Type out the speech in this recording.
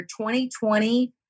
2020